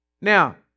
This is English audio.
Now